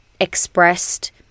expressed